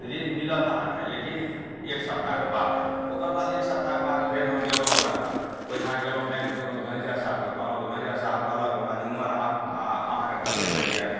ऋण मिलत अहाँकेँ लेकिन एक सप्ताहके बाद आएब ओकरबाद एक सप्ताहके बाद फेर हम गेलहुँ ओकरा कन ओहिठाम गेलहुँ बैँक गेलहुँ तऽ मैनेजर साहबके कहलहुँ तऽ मैनेजर साहब कहलक हमरा जे उमरि अहाँ अहाँकेँ कतेक भेल यऽ